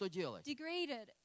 degraded